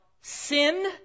sin